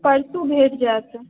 तऽ परसू भेट जाएत